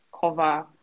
cover